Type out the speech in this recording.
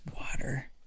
water